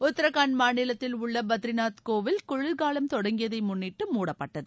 உத்ராகண்ட் மாநிலத்தில் உள்ள பத்ரிநாத் கோவில் குளிர்காவம் தொடங்கியதை முன்னிட்டு முடப்பட்டது